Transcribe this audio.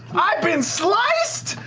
i've been sliced!